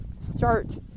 start